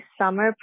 summer